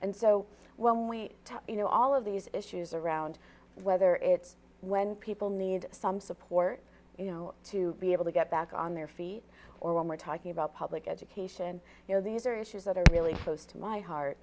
and so when we you know all of these issues around whether it's when people need some support you know to be able to get back on their feet or when we're talking about public education you know these are issues that are really close to my heart